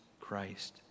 Christ